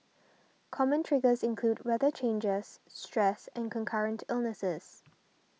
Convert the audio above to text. common triggers include weather changers stress and concurrent illnesses